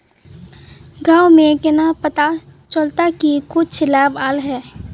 गाँव में केना पता चलता की कुछ लाभ आल है?